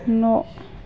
न'